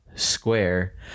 Square